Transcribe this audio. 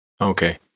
Okay